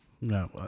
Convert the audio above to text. No